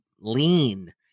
lean